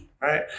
right